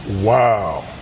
Wow